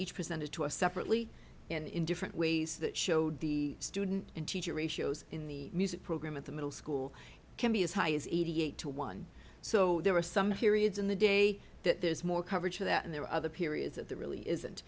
each presented to us separately and in different ways that showed the student and teacher ratios in the music program at the middle school can be as high as eighty eight to one so there are some hearing aids in the day that there's more coverage for that and there are other periods that there really isn't